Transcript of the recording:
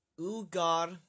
Ugar